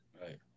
Right